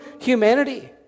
humanity